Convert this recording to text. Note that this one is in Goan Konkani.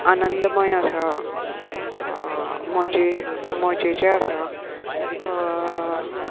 आनंदमय आसा मजे मजेचे आसा